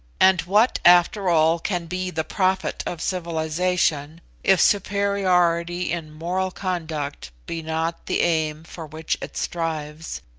and what, after all, can be the profit of civilisation if superiority in moral conduct be not the aim for which it strives,